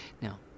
now